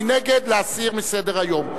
מי נגד, להסיר מסדר-היום?